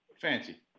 Fancy